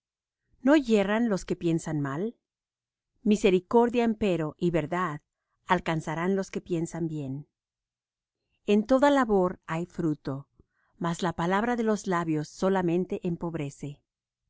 no yerran los que piensan mal misericordia empero y verdad alcanzarán los que piensan bien en toda labor hay fruto mas la palabra de los labios solamente empobrece